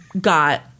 got